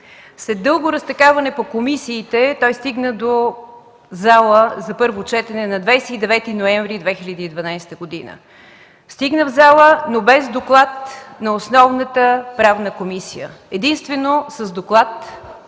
След дълго разтакаване по комисиите той стигна до зала за първо четене на 29 ноември 2012 г., но без доклад на основната Правна комисия, единствено с доклад